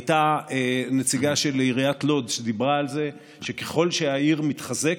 הייתה נציגה של עיריית לוד שדיברה על זה שככל שהעיר מתחזקת,